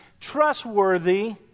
trustworthy